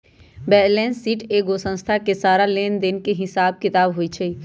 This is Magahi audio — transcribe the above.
बैलेंस शीट एगो संस्था के सारा लेन देन के हिसाब किताब होई छई